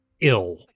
ill